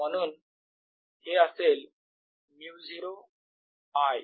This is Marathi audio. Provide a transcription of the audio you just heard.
म्हणून हे असेल μ0 I